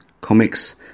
comics